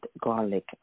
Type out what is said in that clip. garlic